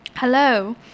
Hello